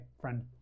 friend